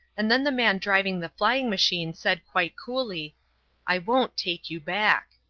and then the man driving the flying machine said quite coolly i won't take you back.